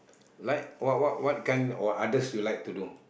like what what what kind or others you like to do